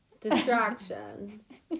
distractions